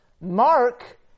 Mark